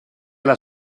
alla